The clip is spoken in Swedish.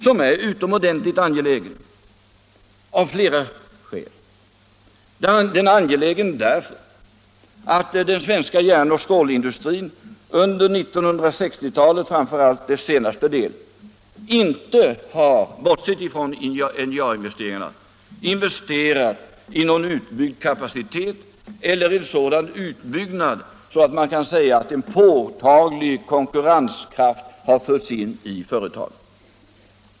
Detta är utomordentligt angeläget av flera skäl — inte minst därför att den svenska järnoch stålindustrin under 1960-talet, speciellt dess senaste del, inte har investerat — bortsett från NJA-investeringarna — i någon sådan utbyggnad av kapaciteten, att man kan säga att en påtaglig konkurrenskraft har förts in i företagen.